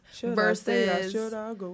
versus